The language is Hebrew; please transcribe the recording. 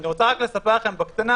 אני רוצה רק לספר לכם בקטנה